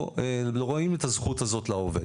רואים את הזכות הזאת לעובד,